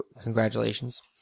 congratulations